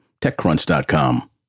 techcrunch.com